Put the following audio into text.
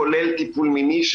כולל טיפול מיני,